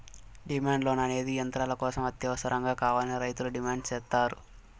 demand loan అనేది యంత్రాల కోసం అత్యవసరంగా కావాలని రైతులు డిమాండ్ సేత్తారు